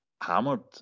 hammered